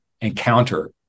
encounter